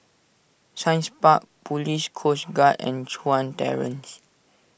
Science Park Police Coast Guard and Chuan Terrace